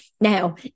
Now